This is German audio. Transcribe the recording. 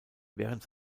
während